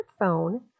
smartphone